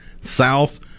south